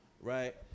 right